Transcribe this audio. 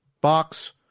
box